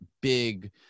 big